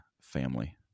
family